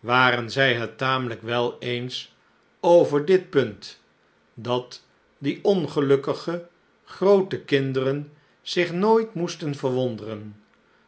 waren zij het tamelijk wel eens over dit punt dat die ongelukkige groote kinderen zich nooit moesten verwonderen